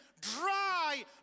dry